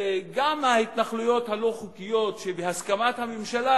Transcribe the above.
גם ההתנחלויות הלא-חוקיות שבהסכמת הממשלה,